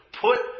put